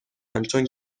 همچون